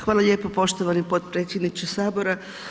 Hvala lijepo poštovani potpredsjedniče Sabora.